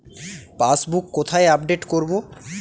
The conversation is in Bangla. পাসবুক কোথায় আপডেট করব?